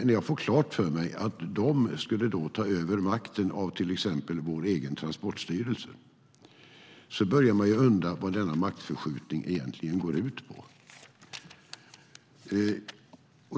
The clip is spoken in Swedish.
När jag fick klart för mig att de skulle ta över makten av till exempel vår egen transportstyrelse började jag undra vad denna maktförskjutning egentligen går ut på.